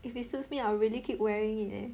if it suits me I will really keep wearing it leh